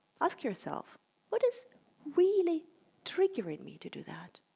ask yourself what is really triggering me to do that?